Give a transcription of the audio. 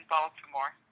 Baltimore